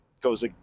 goes